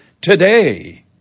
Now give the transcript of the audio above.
today